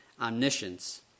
omniscience